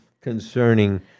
concerning